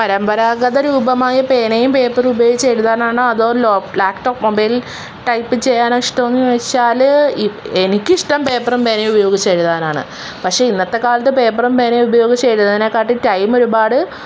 പരമ്പരാഗത രൂപമായ പേനയും പേപ്പറും ഉപയോഗിച്ച് എഴുതാനാണോ അതോ ലോപ് ലാപ്ടോപ്പ് മൊബൈൽ ടൈപ്പ് ചെയ്യാനോ ഇഷ്ടം എന്ന് ചോദിച്ചാൽ എ എനിക്കിഷ്ടം പേപ്പറും പേനയും ഉപയോഗിച്ച് എഴുതാനാണ് പക്ഷേ ഇന്നത്തെ കാലത്ത് പേപ്പറും പേനയും ഉപയോഗിച്ച് എഴുതണേക്കാട്ടിൽ ടൈം ഒരുപാട്